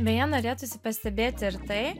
beje norėtųsi pastebėti ir tai